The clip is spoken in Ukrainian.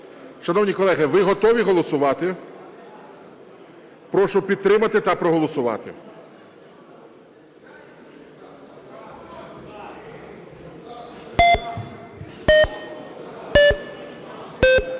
Шановні колеги, ви готові голосувати? Прошу підтримати та проголосувати.